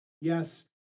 Yes